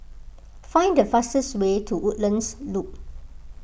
find the fastest way to Woodlands Loop